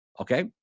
Okay